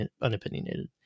unopinionated